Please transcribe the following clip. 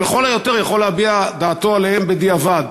והוא לכל היותר יכול להביע את דעתו עליהן בדיעבד?